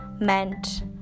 meant